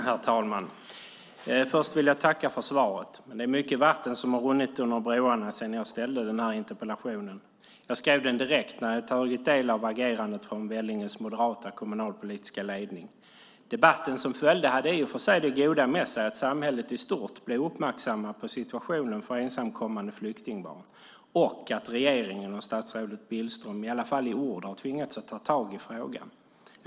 Herr talman! Först vill jag tacka för svaret. Det är mycket vatten som har runnit under broarna sedan jag skrev den här interpellationen. Jag skrev den direkt när jag hade tagit del av agerandet från Vellinges moderata kommunalpolitiska ledning. Debatten som följde hade i och för sig det goda med sig att samhället i stort blev uppmärksammat på situationen för ensamkommande flyktingbarn och att regeringen och statsrådet Billström i alla fall i ord har tvingats ta tag i frågan.